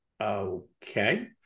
okay